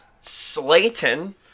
Slayton